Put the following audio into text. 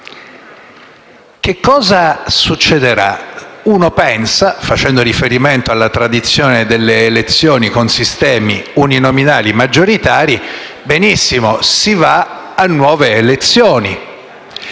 che cosa succederà? Facendo riferimento alla tradizione delle elezioni con sistemi uninominali maggioritari, si pensa che si va a nuove elezioni.